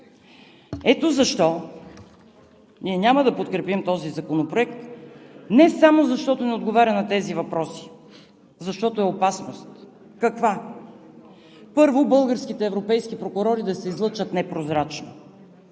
Ето защо ние няма да подкрепим този законопроект – не само защото не отговаря на тези въпроси, защото е опасност. Каква? Първо, българските европейски прокурори да се излъчат непрозрачно.